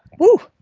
woo.